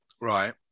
right